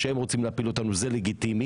והם רוצים להפיל אותנו וזה לגיטימי.